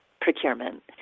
procurement